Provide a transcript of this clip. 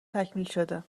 تکمیلشده